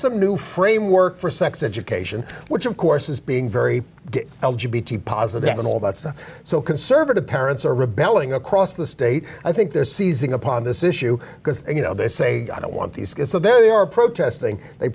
some new framework for sex education which of course is being very positive and all that stuff so conservative parents are rebelling across the state i think they're seizing upon this issue because you know they say i don't want these kids so there you are protesting they